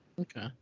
okay